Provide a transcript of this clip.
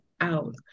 out